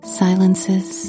silences